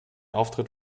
auftritt